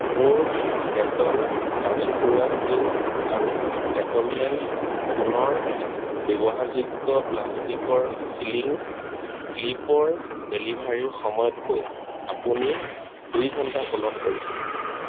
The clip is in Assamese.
মোৰ ডেটল দাঢ়ি খুৰোৱা ক্ৰীম আৰু ফেকলমেন পুনৰ ব্যৱহাৰযোগ্য প্লাষ্টিকৰ ছিলিং ক্লিপৰ ডেলিভাৰীৰ সময়তকৈ আপুনি দুই ঘণ্টা পলম কৰিছে